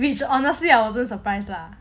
which honestly I wasn't surprise lah